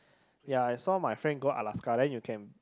ya I saw my friend go Alaska then you can